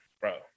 bro